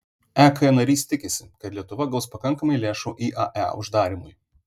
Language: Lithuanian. ek narys tikisi kad lietuva gaus pakankamai lėšų iae uždarymui